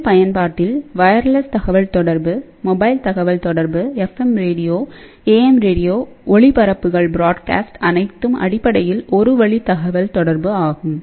civil பயன்பாட்டில் wireless தகவல் தொடர்பு மொபைல் தகவல் தொடர்பு எஃப்எம் ரேடியோ ஏஎம் ரேடியோ ஒளிபரப்புகள் அனைத்தும் அடிப்படையில் ஒரு வழி தகவல் தொடர்பு ஆகும்